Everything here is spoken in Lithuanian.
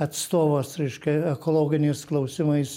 atstovas reiškia ekologiniais klausimais